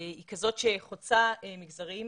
היא כזאת שחוצה מגזרים.